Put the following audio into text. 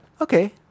okay